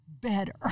better